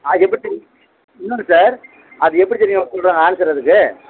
ஆ எப்படி தெரியும் இன்னோன்னு சார் அது எப்படித் தெரியும் கூட ஆன்சர் அதுக்கு